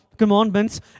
Commandments